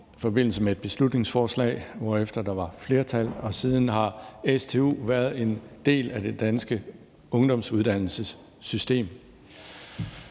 i forbindelse med et beslutningsforslag, hvorefter der var flertal, og siden har stu været en del af det danske ungdomsuddannelsessystem.